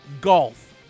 golf